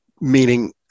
meaning